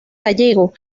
gallego